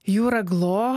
jūra glo